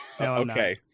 okay